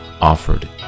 Offered